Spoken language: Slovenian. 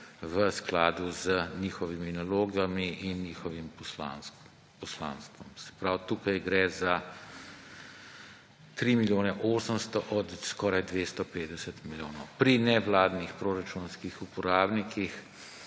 v skladu z njihovimi nalogami in njihovim poslanstvom. Se pravi, tukaj gre za 3 milijone 800 od skoraj 250 milijonov. Nevladnih proračunski uporabniki,